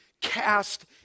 cast